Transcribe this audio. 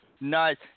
Nice